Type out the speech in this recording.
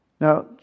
Now